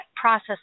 process